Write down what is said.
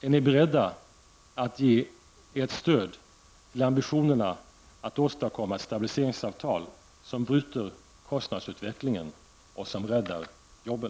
Är ni beredda att ge ert stöd till ambitionerna att åstadkomma ett stabiliseringsavtal som bryter kostnadsutvecklingen och räddar jobben?